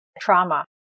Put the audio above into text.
trauma